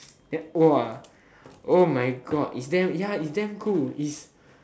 the !wah! oh my god it's damn ya it's damn cool it's